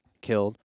killed